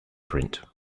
print